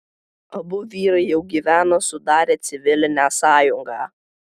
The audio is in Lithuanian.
abu vyrai jau gyveno sudarę civilinę sąjungą